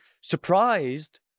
surprised